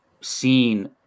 seen